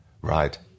Right